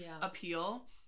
appeal